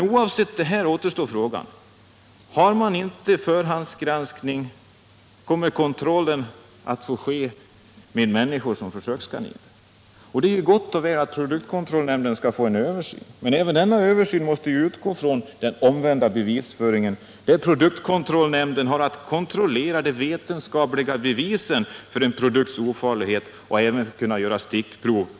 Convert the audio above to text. Oavsett detta återstår frågan: Om man inte har någon förhandsgranskning kommer kontrollen att få ske med människor som försökskaniner. Det — Nr 39 är gott och väl att produktkontrollnämnden gör en översyn, men även Fredagen den denna översyn måste utgå ifrån den omvända bevisföringen, där pro 2 december 1977 duktkontrollnämnden har att kontrollera de vetenskapliga bevisen för —— en produkts ofarlighet och även skall kunna göra stickprov.